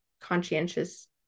conscientious